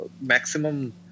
maximum